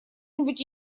нибудь